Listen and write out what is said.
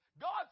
God